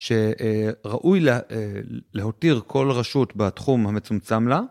שראוי להותיר כל רשות בתחום המצומצם לה.